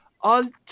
on